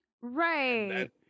Right